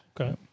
Okay